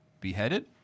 beheaded